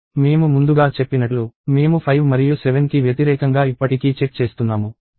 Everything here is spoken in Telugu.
మేము ముందుగా చెప్పినట్లు మేము 5 మరియు 7 కి వ్యతిరేకంగా ఇప్పటికీ చెక్ చేస్తున్నాము